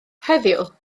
heddiw